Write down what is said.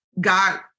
God